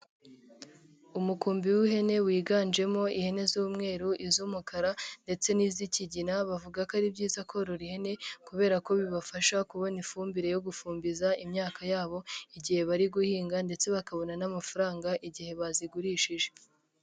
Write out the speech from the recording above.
Umukumbi w'ihene wiganjemo ihene z'umweru iz'umukara ndetse n'izi'ikigina, bavuga ko ari byiza korora ihene kubera ko bibafasha kubona ifumbire yo gufumbiza imyaka yabo, igihe bari guhinga ndetse bakabona n'amafaranga, igihe bazigurishije.